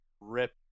rip